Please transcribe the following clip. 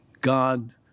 God